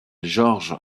george